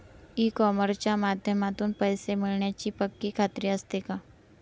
E कॉमर्सच्या माध्यमातून पैसे मिळण्याची पक्की खात्री असते का?